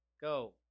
go